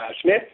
Smith